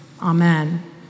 Amen